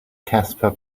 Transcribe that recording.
casper